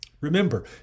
Remember